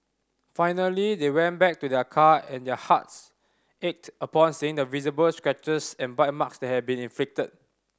finally they went back to their car and their hearts ached upon seeing the visible scratches and bite marks that had been inflicted